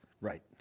Right